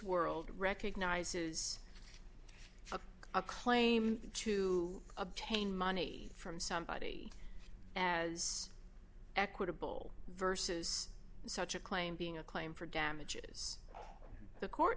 world recognizes for a claim to obtain money from somebody as equitable versus such a claim being a claim for damages the court